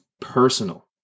personal